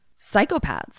psychopaths